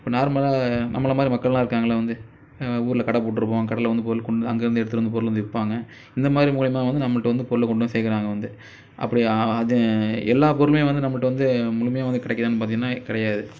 இப்போ நார்மலாக நம்மளமாதிரி மக்கள்லாம் இருக்காங்கள்ல வந்து ஊரில் கடை போட்டுருப்போம் கடையில் வந்து பொருள் அங்கயிருந்து எடுத்துட்டு வந்து விற்பாங்க இந்தமாதிரி மூலயமா வந்து நம்மள்ட்ட வந்து பொருளை கொண்டு வந்து சேர்க்குறாங்க வந்து அப்படி அது எல்லா பொருளுமே வந்து நம்மள்ட்ட வந்து முழுமையாக வந்து கிடைக்கிதான்னு பார்த்திங்னா வந்து கிடையாது